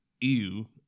ew